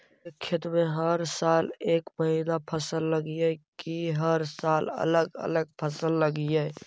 एक खेत में हर साल एक महिना फसल लगगियै कि हर साल अलग अलग फसल लगियै?